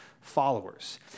followers